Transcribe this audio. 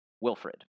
Wilfred